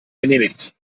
genehmigt